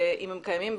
אם הם קיימים,